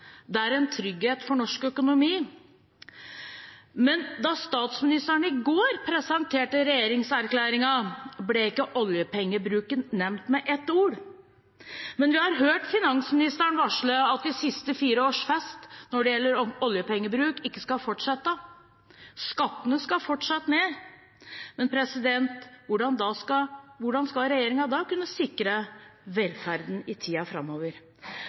det er en trygghet for norsk økonomi. Da statsministeren i går presenterte regjeringserklæringen, ble ikke oljepengebruken nevnt med ett ord, men vi har hørt finansministeren varsle at de siste fire års fest når det gjelder oljepengebruk, ikke skal fortsette. Skattene skal fortsatt ned, så hvordan skal regjeringen da kunne sikre velferden i tiden framover?